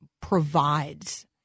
provides